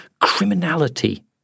criminality